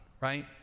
right